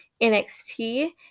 NXT